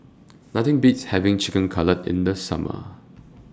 Nothing Beats having Chicken Cutlet in The Summer